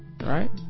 right